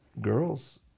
girls